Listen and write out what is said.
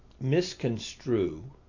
misconstrue